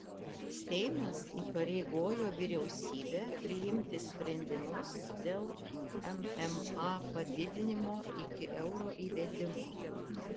seimas įpareigojo vyriausybę priimti sprendimus dėl mma padidinimo iki euro įvedimo